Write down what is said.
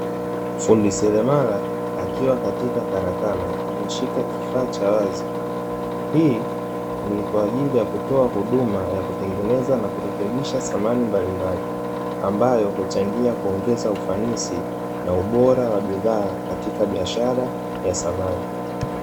Fundi seremala akiwa katika karakana ameshika kifaa cha wazi. Hii ni kwa ajili ya kutoa huduma ya kutengeneza na kurekebisha samani mbalimbali, ambayo huchangia kuongeza ufanisi na ubora wa bidhaa katika biashara ya samani.